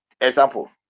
example